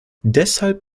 deshalb